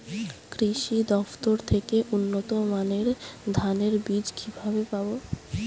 কৃষি দফতর থেকে উন্নত মানের ধানের বীজ কিভাবে পাব?